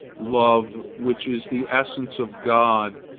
love, which is the essence of god,